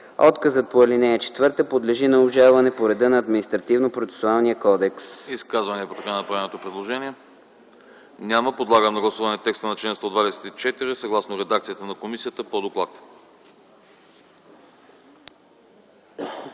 Отказът по ал. 4 подлежи на обжалване по реда на Административнопроцесуалния кодекс.”